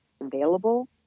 available